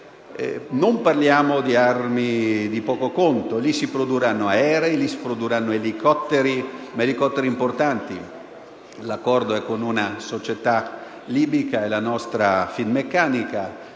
Non parliamo di armi di poco conto: si produrranno aerei ed elicotteri di una certa rilevanza. L'accordo è tra una società libica e la nostra Finmeccanica,